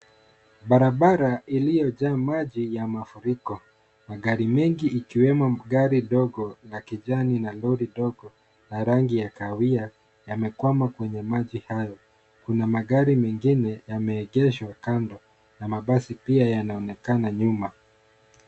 Barabara iliyojaa maji ya mafuriko, magari mengi ikiwemo gari dogo la kijani na lori dogo la rangi ya kahawia yamekwama kwenye maji hayo. Kuna magari mengine yameegeshwa kando na mabasi pia yanaonekana nyuma.